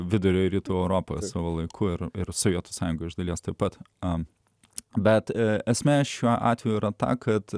vidurio rytų europą savo laiku ir ir sovietų sąjunga iš dalies taip pat a bet esmė šiuo atveju yra ta kad